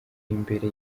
imbere